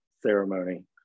ceremony